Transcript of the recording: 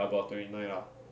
ya about twenty nine lah